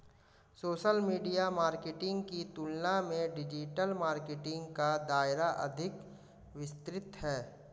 social media marketing की तुलना में डिजिटल मार्केटिंग का दायरा अधिक विस्तृत है